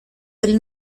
del